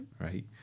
right